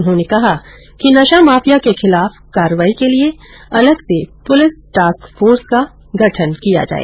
उन्होंने कहा कि नशा माफिया के खिलाफ कार्रवाई के लिये अलग पुलिस टास्क फोर्स का गठन किया जाए